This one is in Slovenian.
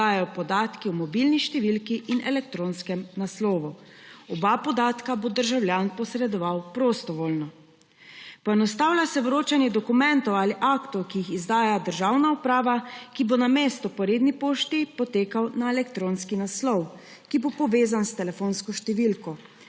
podatki o mobilni številki in elektronskem naslovu. Oba podatka bo državljan posredoval prostovoljno. Poenostavlja se vročanje dokumentov ali aktov, ki jih izdaja državna uprava, ki bo namesto po redni pošti potekal na elektronski naslov, ki bo povezan s telefonsko številko,